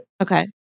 Okay